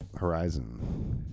Horizon